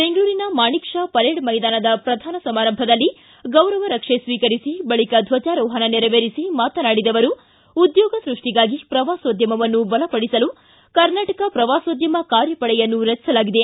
ಬೆಂಗಳೂರಿನ Manekshaw parade ಮೈದಾನದ ಪ್ರಧಾನ ಸಮಾರಂಭದಲ್ಲಿ ಗೌರವ ರಕ್ಷೆ ಸ್ವೀಕರಿಸಿ ಬಳಕ ದ್ವಜಾರೋಹಣ ನೆರವೇರಿಸಿ ಮಾತನಾಡಿದ ಅವರು ಉದ್ಯೋಗ ಸ್ಕಷ್ಟಿಗಾಗಿ ಪ್ರವಾಸೋದ್ಯಮವನ್ನು ಬಲಪಡಿಸಲು ಕರ್ನಾಟಕ ಪ್ರವಾಸೋದ್ಯಮ ಕಾರ್ಯಪಡೆಯನ್ನು ರಚಿಸಲಾಗಿದೆ